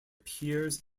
peers